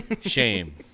shame